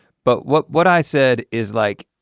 but what what i said is like,